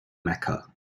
mecca